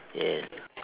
yes